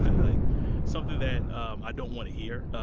like something that um i don't want to hear,